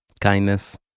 Kindness